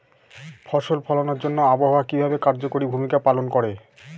ফসল ফলানোর জন্য আবহাওয়া কিভাবে কার্যকরী ভূমিকা পালন করে?